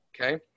okay